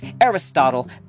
Aristotle